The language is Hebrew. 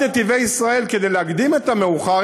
כדי להקדים את המאוחר,